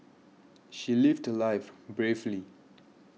she lived her life bravely